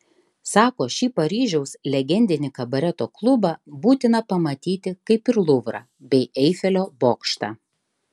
sako šį paryžiaus legendinį kabareto klubą būtina pamatyti kaip ir luvrą bei eifelio bokštą